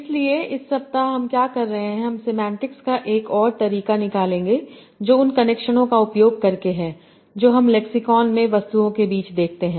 इसलिए इस सप्ताह हम क्या कर रहे हैं हम सेमांटिक्स का एक और तरीका निकालेंगे जो उन कनेक्शनों का उपयोग करके है जो हम लेक्सिकॉन में वस्तुओं के बीच देखते हैं